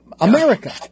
America